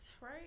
right